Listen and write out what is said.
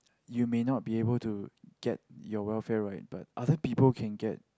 you may not be able to get your welfare right but other people can get